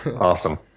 Awesome